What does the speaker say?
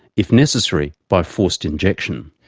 if necessary by forced injection.